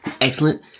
Excellent